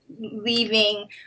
leaving